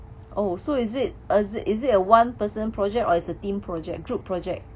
oh so is it err is it a one person project or is a team project group project